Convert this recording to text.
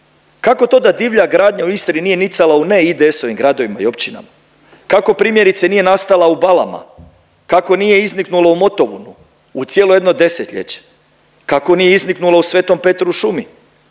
Kako to da divlja gradnja u Istri nije nicala u ne IDS-ovim gradovima i općinama? Kako primjerice nije nastala u Balama? Kako nije izniknulo u Motovunu u cijelo jedno desetljeće? Kako nije izniknulo u Svetom Petru u šumi?